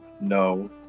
No